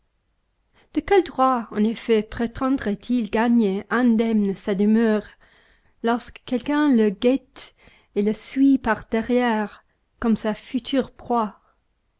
de quel droit en effet prétendrait il gagner indemne sa demeure lorsque quelqu'un le guette et le suit par derrière comme sa future proie